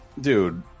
Dude